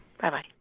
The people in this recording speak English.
Bye-bye